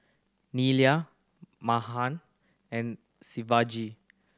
Neila Mahan and Shivaji